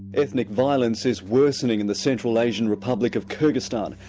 ethnic violence is worsening in the central asian republic of kyrgyzstan,